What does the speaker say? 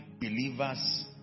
believers